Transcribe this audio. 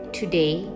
today